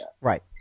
Right